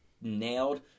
nailed